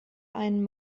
einen